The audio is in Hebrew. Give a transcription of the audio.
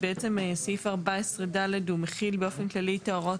סעיף 14(ד) מכיל באופן כללי את ההוראות